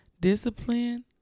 discipline